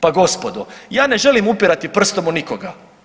Pa gospodo ja ne želim upirati prstom u nikoga.